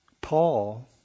Paul